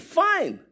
fine